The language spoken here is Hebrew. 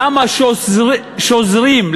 למה שוזרים,